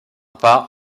pas